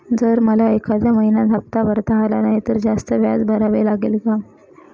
जर मला एखाद्या महिन्यात हफ्ता भरता आला नाही तर जास्त व्याज भरावे लागेल का?